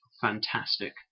fantastic